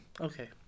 Okay